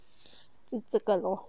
你这个 oh